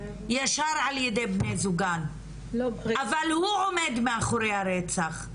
ישר על ידי בני זוגן אבל הוא עומד מאחורי הרצח.